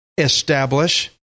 establish